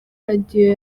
radiyo